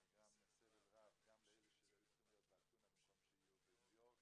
זה גרם סבל רב גם לאלה שהיו באתונה במקום בניו יורק